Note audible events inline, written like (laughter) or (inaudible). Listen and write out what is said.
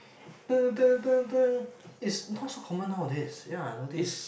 (noise) it's not so common nowadays ya nowadays